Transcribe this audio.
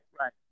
Right